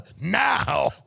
now